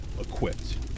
equipped